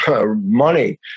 money